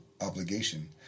obligation